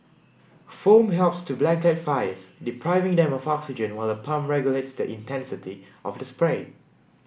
foam helps to blanket fires depriving them of oxygen while a pump regulates the intensity of the spray